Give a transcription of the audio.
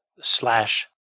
slash